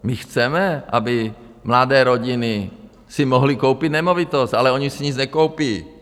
My chceme, aby mladé rodiny si mohly koupit nemovitost, ale ony si nic nekoupí.